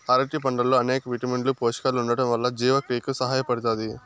అరటి పండ్లల్లో అనేక విటమిన్లు, పోషకాలు ఉండటం వల్ల జీవక్రియకు సహాయపడుతాది